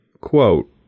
quote